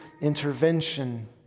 intervention